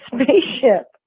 spaceship